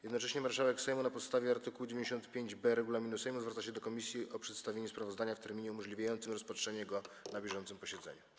Jednocześnie marszałek Sejmu, na podstawie art. 95b regulaminu Sejmu, zwraca się do komisji o przedstawienie sprawozdania w terminie umożliwiającym rozpatrzenie go na bieżącym posiedzeniu.